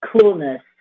coolness